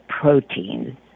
protein